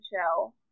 show